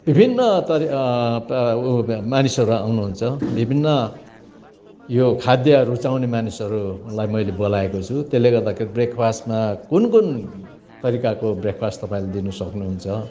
विभिन्न तर उ मानिसहरू आउनुहुन्छ विभिन्न यो खाद्य रुचाउने मानिसहरूलाई मैले बोलाएको छु त्यसले गर्दाखेरि ब्रेकफास्टमा कुन कुन तरिकाको ब्रेकफास्ट तपाईँले दिन सक्नुहुन्छ